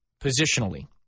positionally